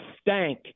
stank